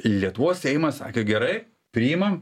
lietuvos seimas sakė gerai priimam